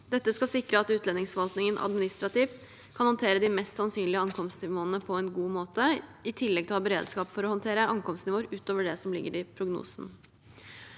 Dette skal sikre at utlendingsforvaltningen administrativt kan håndtere de mest sannsynlige ankomstnivåene på en god måte, i tillegg til å ha beredskap for å håndtere ankomstnivåer utover det som ligger i prognosen.